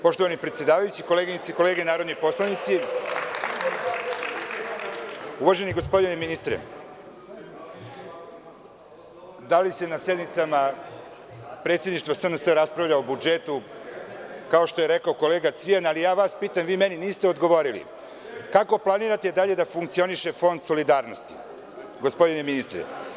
Poštovani predsedavajući, koleginice i kolege narodni poslanici, uvaženi gospodine ministre, da li se na sednicama predsedništva SNS o budžetu, kao što je rekao kolega Cvijan, ali vas pitam i vi mi niste odgovorili – kako planirate dalje da funkcioniše Fond solidarnosti, gospodine ministre?